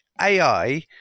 ai